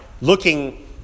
looking